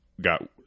got